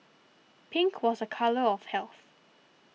pink was a colour of health